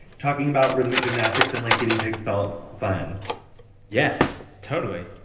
talking about rhythmic gymnastics. and, like, guinea pigs felt fun yes, totally.